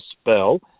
spell